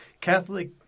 Catholic